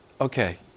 okay